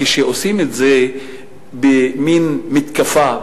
כשעושים את זה במין מתקפה,